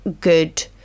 good